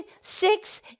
six